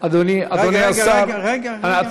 אדוני, אדוני השר, רגע, רגע, רגע, רגע, רגע.